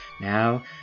Now